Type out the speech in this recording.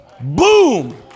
Boom